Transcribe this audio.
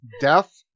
deaf